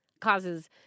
causes